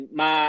ma